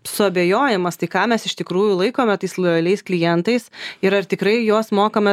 suabejojimas tai ką mes iš tikrųjų laikome tais lojaliais klientais ir ar tikrai juos mokame